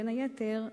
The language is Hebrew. בין היתר,